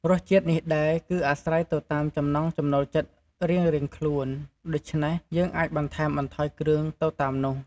រសជាតិនេះដែរគឺអាស្រ័យទៅតាមចំណង់ចំណូលចិត្តរៀងៗខ្លួន ដូច្នេះ យើងអាចបន្ថែមបន្ថយគ្រឿងទៅតាមនោះ។